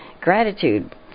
gratitude